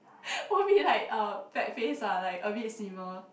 won't be like uh fat face ah like a bit slimmer